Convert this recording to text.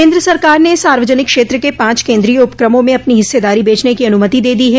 केन्द्र सरकार ने सार्वजनिक क्षेत्र के पांच केन्द्रीय उपक्रमों में अपनी हिस्सेदारी बेचने की अनुमति दे दी है